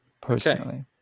Personally